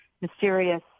mysterious